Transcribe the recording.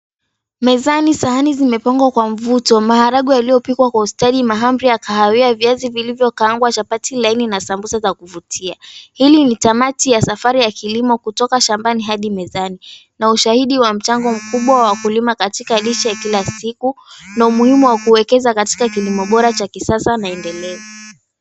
Mezani sahani zimepangwa kwa mvuto. Maharagwe yamepikwa kwa hospitali ya kahawia viazi vilivyokaangwa, chapati laini na sambusa za kuvutia. Hili ni tamati ya safari ya kilimo kutoka shambani hadi mezani na ushahidi wa mchango mkubwa wa wakulima katika lishe ya kila siku na umuhimu wa kuwekeza katika kilimo bora cha kisasa maendeleo.